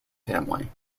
family